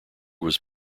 was